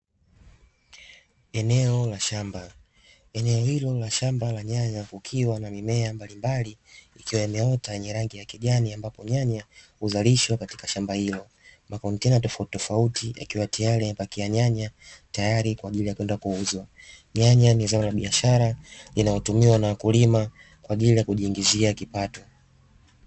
Eneo la shamba eneo hilo la shamba la nyanya kukiwa na mimea mbalimbali ikiwa imeota yenye rangi ya kijani ambapo nyanya huzalishwa katika shamba hilo makontena tofautitofauti yakiwa tayari yamepakia nyanya tayari kwa ajili ya kwenda kuuzwa, nyanya ni zao la biashara linaotumiwa na wakulima kwa ajili ya kujiingizia kipato.